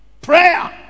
Prayer